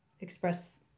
express